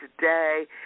today